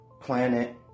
planet